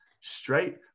straight